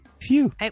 Phew